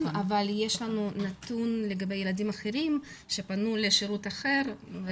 אבל יש לנו נתון לגבי ילדים אחרים שפנו לשירות אחר,